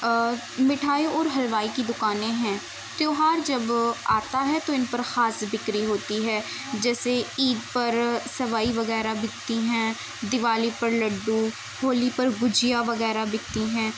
مٹھائی اور حلوائی کی دکانیں ہیں تہوار جب آتا ہے تو ان پر خاص بکری ہوتی ہے جیسے عید پر سیوئی وغیرہ بکتی ہیں دیوالی پر لڈو ہولی پر گجیا وغیرہ بکتی ہیں